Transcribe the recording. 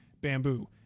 bamboo